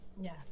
Yes